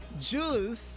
Juice